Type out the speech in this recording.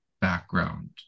background